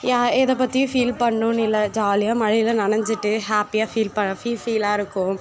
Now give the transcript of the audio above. யா எதைப்பத்தியும் ஃபீல் பண்ணும்னு இல்லை ஜாலியாக மழைல நனஞ்சிகிட்டு ஹாப்பியாக ஃபீல் ப ஃபீ ஃபீலாக இருக்கும்